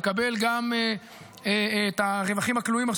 תקבל גם את הרווחים הכלואים,